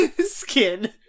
skin